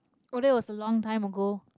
oh that was a long time ago